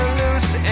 loose